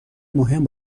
مهم